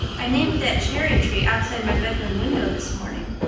i named that cherry-tree outside my bedroom window this morning.